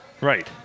Right